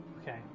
Okay